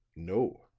no,